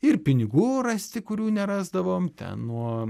ir pinigų rasti kurių nerasdavom ten nuo